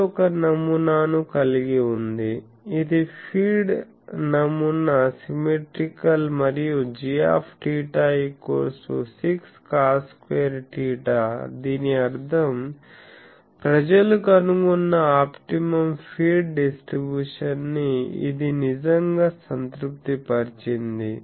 feed ఒక నమూనాను కలిగి ఉంది ఇది ఫీడ్ నమూనా సిమెట్రీకల్ మరియు gθ 6cos2θ దీని అర్థం ప్రజలు కనుగొన్న ఆప్టిమమ్ ఫీడ్ డిస్ట్రిబ్యూషన్ ని ఇది నిజంగా సంతృప్తిపరిచింది